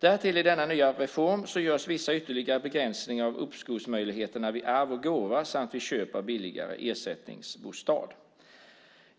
Jag tycker inte att oppositionen har varit riktigt tydlig om detta. Därtill görs vissa ytterligare begränsningar av uppskovsmöjligheterna vid arv och gåva samt vid köp av billigare ersättningsbostad.